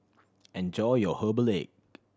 enjoy your herbal egg